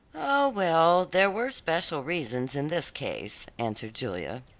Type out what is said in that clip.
oh, well, there were special reasons in this case, answered julia.